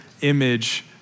image